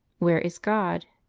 where is god?